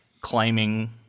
claiming